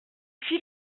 fit